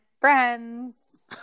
friends